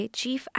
chief